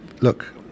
Look